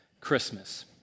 Christmas